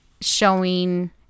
showing